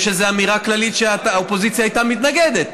יש איזו אמירה כללית שהאופוזיציה הייתה מתנגדת,